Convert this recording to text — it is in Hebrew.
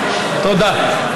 תודה.